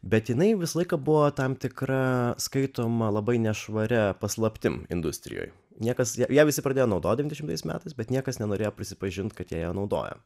bet jinai visą laiką buvo tam tikra skaitoma labai nešvaria paslaptim industrijoj niekas ją visi pradėjo naudoti dvidešimtais metais bet niekas nenorėjo prisipažint kad jie ją naudoja